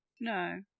No